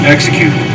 Execute